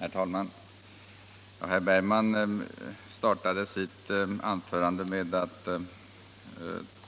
Herr talman! Herr Bergman började sitt anförande med att